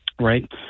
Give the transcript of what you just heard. right